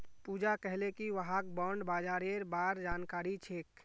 पूजा कहले कि वहाक बॉण्ड बाजारेर बार जानकारी छेक